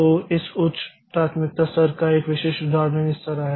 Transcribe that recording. तो इस उच्च प्राथमिकता स्तर का एक विशिष्ट उदाहरण इस तरह है